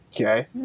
okay